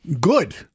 good